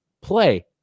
play